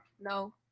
no